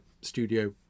studio